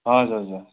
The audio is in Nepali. हजुर हजुर